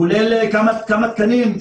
כולל כמה תקנים.